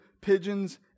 pigeons